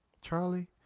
Charlie